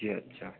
जी अच्छा